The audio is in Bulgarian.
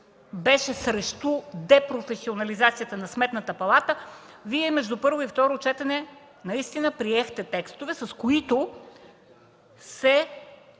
беше срещу депрофесионализацията на Сметната палата, Вие между първо и второ четене наистина приехте текстове, с които се